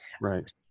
Right